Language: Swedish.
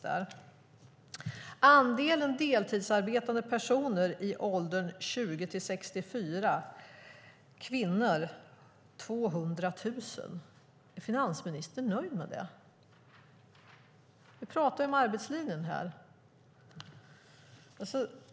Att 200 000 kvinnor i åldern 20-64 år är deltidsarbetande, är finansministern nöjd med det? Du pratar ju om arbetslinjen.